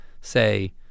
say